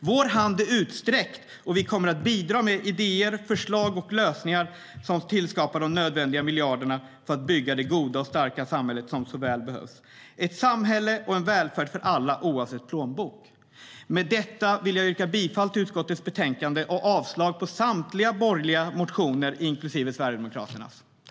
Vår hand är utsträckt, och vi kommer att bidra med idéer, förslag och lösningar som skapar de nödvändiga miljarderna för att bygga det goda och starka samhälle som så väl behövs - ett samhälle och en välfärd för alla, oavsett plånbok.